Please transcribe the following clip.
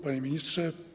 Panie Ministrze!